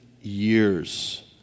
years